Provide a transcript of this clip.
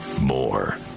more